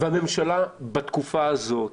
הממשלה בתקופה הזאת,